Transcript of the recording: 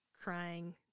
crying